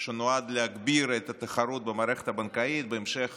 שנועד להגביר את התחרות במערכת הבנקאית, בהמשך